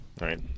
right